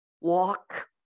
walk